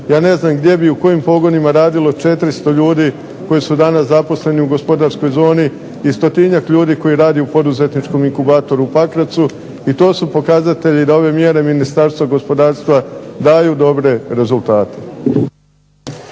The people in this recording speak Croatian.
ja ne znam gdje bi, u kojim pogonima radilo 400 ljudi koji su danas zaposleni u gospodarskoj zoni, i stotinjak ljudi koji radi u poduzetničkom inkubatoru u Pakracu, i to su pokazatelji da ove mjere Ministarstva gospodarstva daju dobre rezultate.